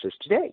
today